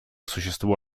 существу